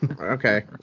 okay